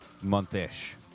month-ish